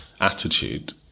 attitude